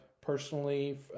personally